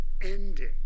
ending